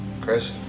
Chris